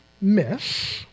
miss